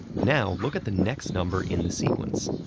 now, look at the next number in the sequence.